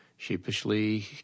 sheepishly